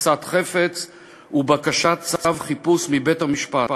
תפיסת חפץ ובקשת צו חיפוש מבית-המשפט,